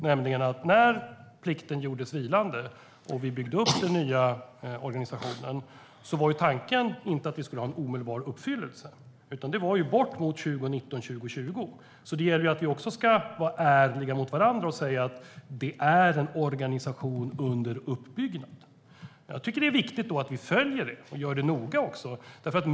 När plikten gjordes vilande och vi byggde upp den nya organisationen var tanken inte att vi skulle ha en omedelbar uppfyllelse, utan det skulle ske bort mot 2019, 2020. Det gäller att vi är ärliga mot varandra och säger att det är en organisation under uppbyggnad. Då är det viktigt att vi följer detta noga.